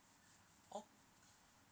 oh